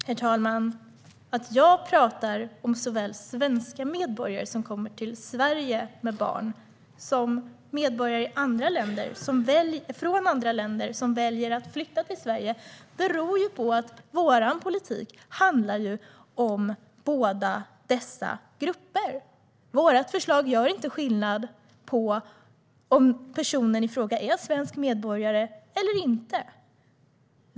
Herr talman! Att jag talar om såväl svenska medborgare som kommer till Sverige med barn som medborgare från andra länder som väljer att flytta till Sverige beror ju på att vår politik handlar om båda dessa grupper. Vårt förslag gör inte skillnad på om personen i fråga är svensk medborgare eller inte.